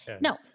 No